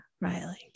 Riley